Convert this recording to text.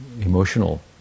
emotional